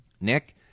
Nick